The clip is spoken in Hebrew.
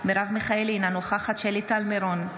מרב מיכאלי, אינה נוכחת שלי טל מירון,